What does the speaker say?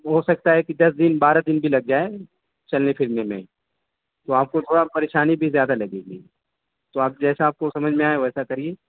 ہو سکتا ہے کہ دس دن بارہ دن بھی لگ جائیں چلنے پھرنے میں تو آپ کو تھوڑا پریشانی بھی زیادہ لگے گی تو آپ جیسا آپ کو سمجھ میں آئے ویسا کریے